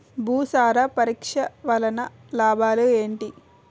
భూసార పరీక్ష వలన లాభాలు ఏంటి?